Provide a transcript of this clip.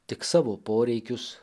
tik savo poreikius